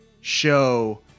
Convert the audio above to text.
show